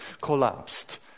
collapsed